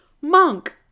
Monk